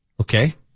Okay